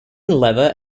leather